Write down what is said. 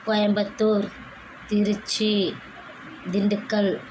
Coimbatore Trichy Dindigul